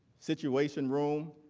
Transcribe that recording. situation room,